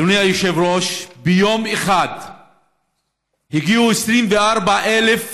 אדוני היושב-ראש, ביום אחד הגיעו 24,000